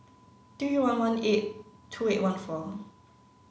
three one one eight two eight one four